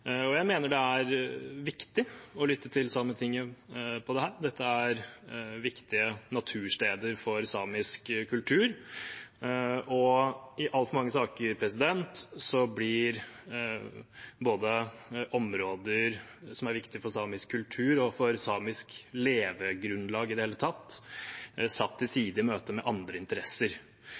Dette er viktige natursteder for samisk kultur, og i altfor mange saker blir områder som er viktige for samisk kultur og samisk levegrunnlag i det hele tatt, satt til side i møte med andre interesser.